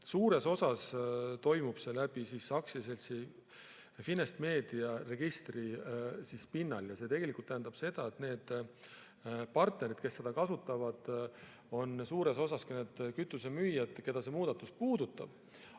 suures osas toimub see aktsiaseltsi Finestmedia registri pinnal. See tegelikult tähendab seda, et need partnerid, kes seda kasutavad, on suures osas ka need kütusemüüjad, keda see muudatus puudutab.